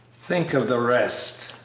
think of the rest,